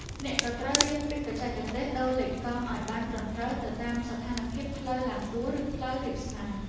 អ្នកក៏ត្រូវរៀនពីបច្ចេកទេសដូរលេខកង់ ឱ្យបានត្រឹមត្រូវទៅតាមស្ថានភាពផ្លូវទ្បើងទួល ឬផ្លូវរាបស្មើ។